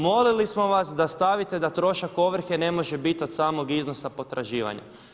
Molili smo vas da stavite da trošak ovrhe ne može biti od samog iznosa potraživanja.